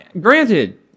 granted